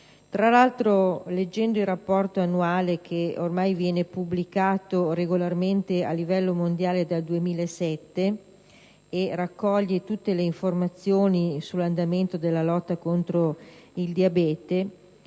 Tra l'altro, leggendo il rapporto annuale, che ormai viene pubblicato regolarmente a livello mondiale dal 2007 e raccoglie tutte le informazioni sull'andamento della lotta contro il diabete,